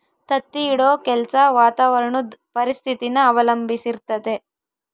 ತತ್ತಿ ಇಡೋ ಕೆಲ್ಸ ವಾತಾವರಣುದ್ ಪರಿಸ್ಥಿತಿನ ಅವಲಂಬಿಸಿರ್ತತೆ